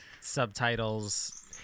subtitles